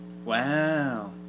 Wow